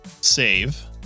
save